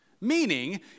Meaning